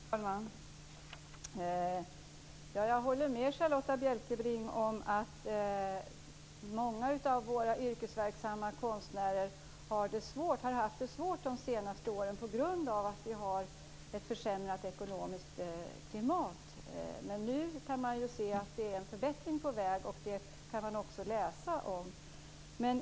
Fru talman! Jag håller med Charlotta Bjälkebring om att många av våra yrkesverksamma konstnärer på grund av det försämrade ekonomiska klimatet har haft det svårt de senaste åren. Nu är det en förbättring på väg.